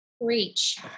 Reach